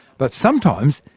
but sometimes,